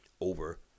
over